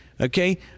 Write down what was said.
Okay